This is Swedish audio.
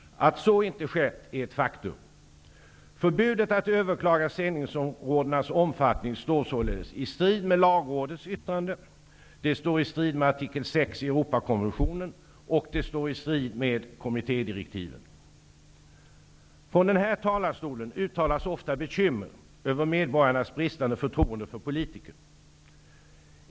Att så inte skett är ett faktum. Förbudet att överklaga sändningsområdenas omfattning står således i strid med Lagrådets yttrande, i strid med artikel 6 i Från denna talarstol uttalas ofta bekymmer över medborgarnas bristande förtroende för politiker.